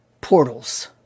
portals